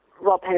Rob